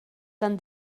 tan